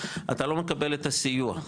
אתה לא מקבל את הסיוע.